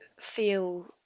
feel